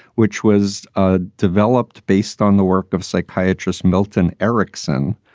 which was ah developed based on the work of psychiatrist milton erickson,